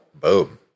boom